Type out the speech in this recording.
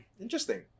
Interesting